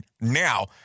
now